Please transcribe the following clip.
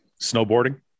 snowboarding